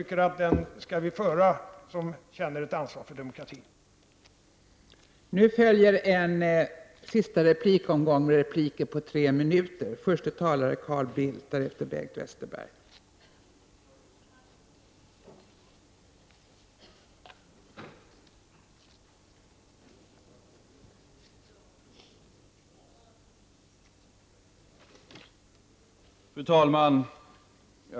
Den skall vi som känner ett ansvar för demokratin föra, tycker jag.